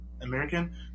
American